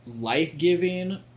life-giving